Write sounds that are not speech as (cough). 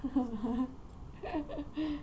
(laughs)